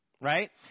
Right